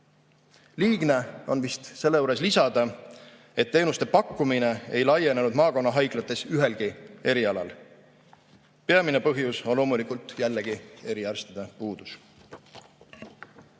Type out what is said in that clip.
Liigne on vast selle juures lisada, et teenuste pakkumine ei laienenud maakonnahaiglates ühelgi erialal. Peamine põhjus on loomulikult jällegi eriarstide puudus.